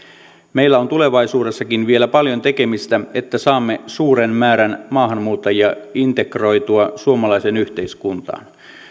meillä on tulevaisuudessakin vielä paljon tekemistä että saamme suuren määrän maahanmuuttajia integroitua suomalaiseen yhteiskuntaan